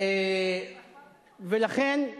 לכן,